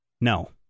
no